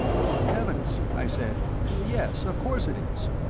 good heavens! i said yes, of course it is.